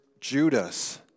Judas